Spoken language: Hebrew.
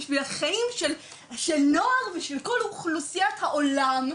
בשביל החיים של נוער ושל כל אוכלוסיית העולם,